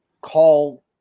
call